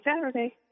Saturday